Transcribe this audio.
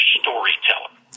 storyteller